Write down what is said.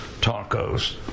tacos